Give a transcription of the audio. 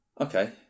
Okay